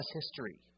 history